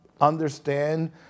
understand